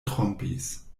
trompis